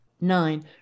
Nine